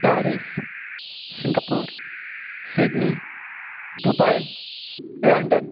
Paris Singapore Sydney Dubai London